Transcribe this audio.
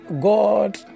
God